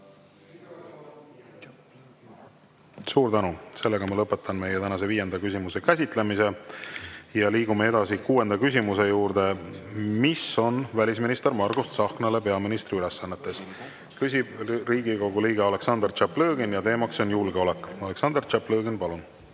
Suur tänu! Ma lõpetan meie tänase viienda küsimuse käsitlemise. Liigume edasi kuuenda küsimuse juurde, mis on välisminister Margus Tsahknale peaministri ülesannetes. Küsib Riigikogu liige Aleksandr Tšaplõgin ja teemaks on julgeolek. Aleksandr Tšaplõgin, palun!